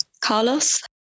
Carlos